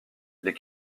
les